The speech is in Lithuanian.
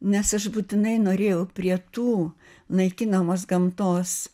nes aš būtinai norėjau prie tų naikinamos gamtos